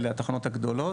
אלה הרשתות הגדולות,